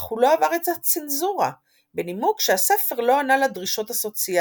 אך הוא לא עבר את הצנזורה בנימוק ש"הספר לא ענה לדרישות הסוציאליות".